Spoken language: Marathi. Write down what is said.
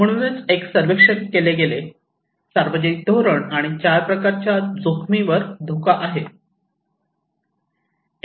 म्हणूनच एक सर्वेक्षण केले गेले सार्वजनिक धोरण आणि 4 प्रकारच्या जोखमीवर धोका आहे